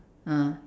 ah